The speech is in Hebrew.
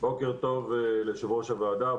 בוקר טוב ליושב-ראש הוועדה.